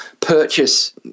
purchase